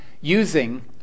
using